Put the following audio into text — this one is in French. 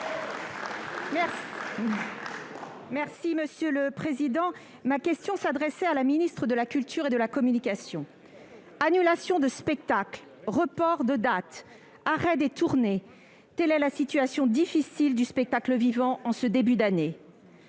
et Républicain. Ma question s'adressait à la ministre de la culture et de la communication. Annulations de spectacles, reports de dates, arrêts des tournées : telle est la situation difficile du spectacle vivant en ce début d'année.